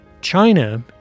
China